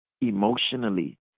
emotionally